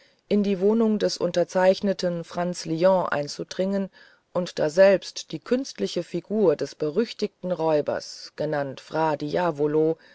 in die wohnung des unterzeichneten franz lion einzudringen und daselbst die künstliche figur des berüchtigten räubers genannt fra diavolo